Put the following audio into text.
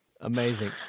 Amazing